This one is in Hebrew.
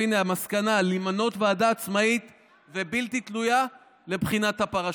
והינה המסקנה: למנות ועדה עצמאית ובלתי תלויה לבחינת הפרשה.